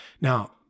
Now